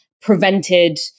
prevented